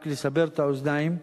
רק לסבר את האוזניים,